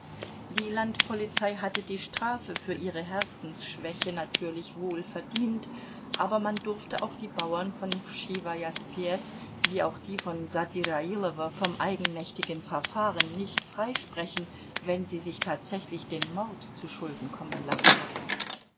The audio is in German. die landpolizei hatte die strafe für ihre herzensschwäche natürlich wohl verdient aber man durfte auch die bauern von wschiwaja spjeß wie auch die von sadirailowo vom eigenmächtigen verfahren nicht freisprechen wenn sie sich tatsächlich den mord zuschulden kommen lassen hatten